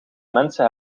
mensen